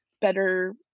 better